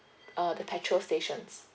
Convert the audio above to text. uh the petrol stations